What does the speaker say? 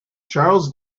charles